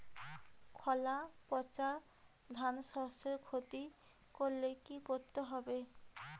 খোলা পচা ধানশস্যের ক্ষতি করলে কি করতে হবে?